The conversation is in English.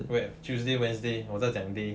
where tuesday wednesday 我在讲 day